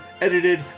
edited